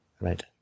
Right